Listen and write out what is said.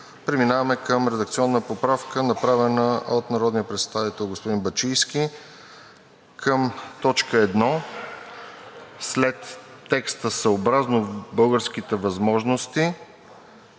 Преминаваме към редакционната поправка, направена от народния представител господин Бачийски, към т. 1 след текста „съобразно българските възможности“